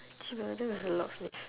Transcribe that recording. cheebye that was a loud sneeze